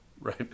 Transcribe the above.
right